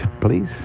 please